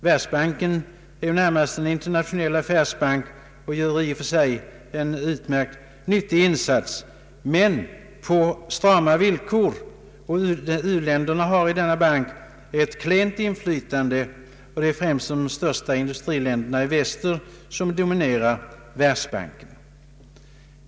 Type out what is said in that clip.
Världsbanken är närmast en internationell affärsbank och gör i och för sig en nyttig insats, men på strama villkor, och u-länderna har ett klent inflytande i denna bank. Det är de stora industriländerna i väster, främst USA, som dominerar Världsbanken.